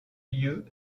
lieu